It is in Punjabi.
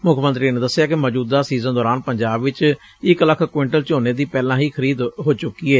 ਮੁੱਖ ਮੰਤਰੀ ਨੇ ਦੱਸਿਆ ਕਿ ਮੌਜੂਦਾ ਸੀਜ਼ਨ ਦੌਰਾਨ ਪੰਜਾਬ ਵਿੱਚ ਇਕ ਲੱਖ ਕਵਿੰਟਲ ਝੋਨੇ ਦੀ ਪਹਿਲਾਂ ਹੀ ਖਰੀਦ ਹੋ ਚੁੱਕੀ ਏ